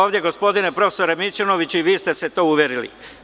Ovde gospodine profesore Mićunoviću i vi ste se to uverili.